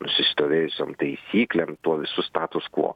nusistovėjusiom taisyklėm tuo visu status kvo